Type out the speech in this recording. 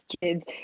kids